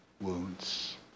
wounds